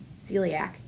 Celiac